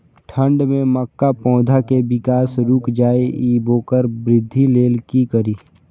ठंढ में मक्का पौधा के विकास रूक जाय इ वोकर वृद्धि लेल कि करी?